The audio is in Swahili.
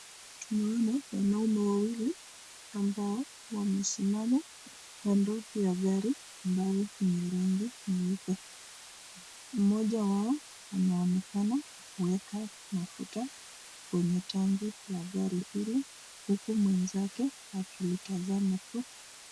Tunaona wanaume wawili ambao wamesimama kando ya gari ambayo ni ya rangi nyeupe. Mmoja wao anaonekana kuweka mafuta kwenye tangi la gari hili huku mwenzake akimtazama tu.